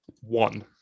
one